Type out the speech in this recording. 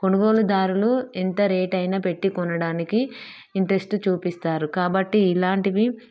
కొనుగోలుదారులు ఎంత రేట్ అయినా పెట్టి కొనడానికి ఇంట్రెస్ట్ చూపిస్తారు కాబట్టి ఇలాంటివి